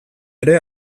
ere